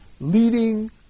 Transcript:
leading